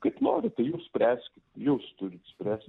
kaip norite jūs spręskit jūs turit spręst